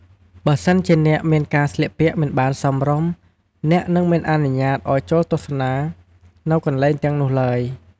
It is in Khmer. បើសិនជាអ្នកមានការស្លៀកពាក់មិនបានសមរម្យ អ្នកនិងមិនអនុញ្ញាតឲ្យចូលទស្សនា នៅកន្លែងទាំងនោះឡើយ។